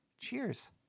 Cheers